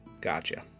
Gotcha